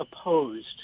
opposed